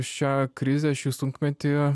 šią krizę šį sunkmetį